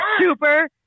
super